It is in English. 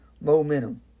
momentum